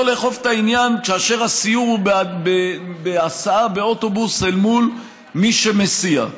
לאכוף את העניין כאשר הסיור הוא בהסעה באוטובוס אל מול מי שמסיע.